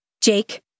Jake